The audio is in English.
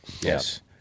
Yes